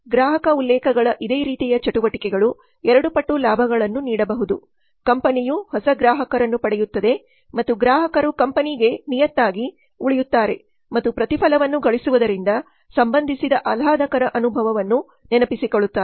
ಗ್ರಾಹಕ ಉಲ್ಲೇಖಗಳ ಇದೇ ರೀತಿಯ ಚಟಿವಟಿಕೆಗಳು ಎರಡು ಪಟ್ಟು ಲಾಭಗಳನ್ನು ನೀಡಬಹುದು ಕಂಪನಿಯು ಹೊಸ ಗ್ರಾಹಕರನ್ನು ಪಡೆಯುತ್ತದೆ ಮತ್ತು ಗ್ರಾಹಕರು ಕಂಪನಿಗೆ ನಿಯತ್ತಾಗಿ ಲಾಯಲ್ ಉಳಿಯುತ್ತಾರೆ ಮತ್ತು ಪ್ರತಿಫಲವನ್ನು ಗಳಿಸುವುದರೊಂದಿಗೆ ಸಂಬಂಧಿಸಿದ ಆಹ್ಲಾದಕರ ಅನುಭವವನ್ನು ನೆನಪಿಸಿಕೊಳ್ಳುತ್ತಾರೆ